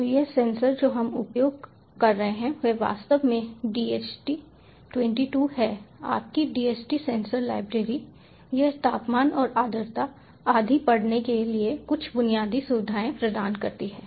तो यह सेंसर जो हम उपयोग कर रहे हैं वह वास्तव में DHT22 है आपकी DHT सेंसर लाइब्रेरी यह तापमान और आर्द्रता आदि पढ़ने के लिए कुछ बुनियादी सुविधाएँ प्रदान करती है